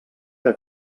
que